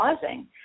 causing